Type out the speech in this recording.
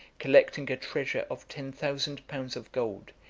collecting a treasure of ten thousand pounds of gold,